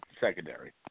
secondary